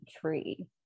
tree